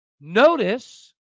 Notice